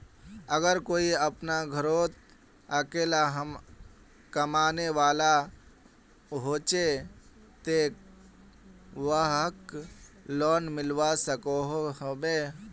अगर कोई अपना घोरोत अकेला कमाने वाला होचे ते वाहक लोन मिलवा सकोहो होबे?